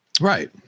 Right